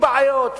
בלי בעיות,